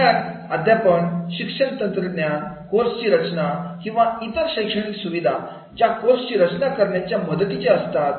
विज्ञान अध्यापन शिक्षण तंत्रज्ञान कोर्सची रचना किंवा इतर शैक्षणिक सुविधा ज्या कोर्सची रचना करण्यास मदतीच्या असतात